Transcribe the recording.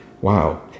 wow